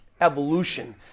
evolution